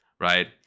right